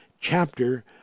chapter